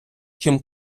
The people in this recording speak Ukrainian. чим